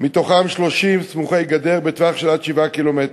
מתוכם 30 סמוכי-גדר, בטווח של עד 7 ק"מ.